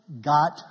got